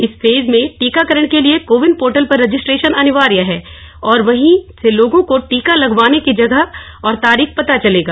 इस फेज में टीकाकरण के लिए कोविन पोर्टल पर रजिस्ट्रेशन अनिवार्य है और वहीं से लोगों को टीका लगवाने की जगह और तारीख का पता चलेगा